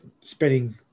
spending